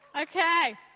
Okay